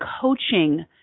coaching